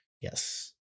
yes